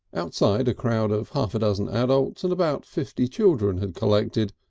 outside, a crowd of half-a-dozen adults and about fifty children had collected,